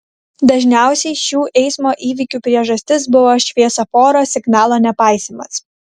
dažniausiai šių eismo įvykių priežastis buvo šviesoforo signalo nepaisymas